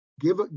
give